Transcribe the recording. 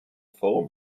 forum